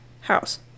house